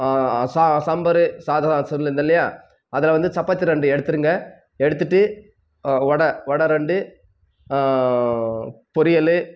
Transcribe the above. சா சாம்பார் சாதம் சொல்லியிருந்தேன் இல்லையா அதில் வந்து சப்பாத்தி ரெண்டு எடுத்துடுங்க எடுத்துகிட்டு வடை வடை ரெண்டு பொரியல்